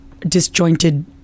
Disjointed